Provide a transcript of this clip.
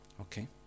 Okay